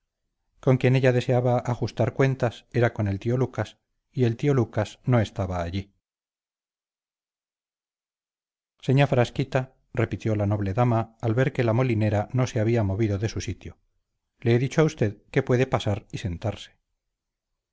con quien ella deseaba ajustar cuentas era con el tío lucas y el tío lucas no estaba allí señá frasquita repitió la noble dama al ver que la molinera no se había movido de su sitio le he dicho a usted que puede pasar y sentarse